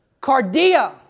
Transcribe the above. cardia